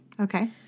Okay